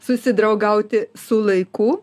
susidraugauti su laiku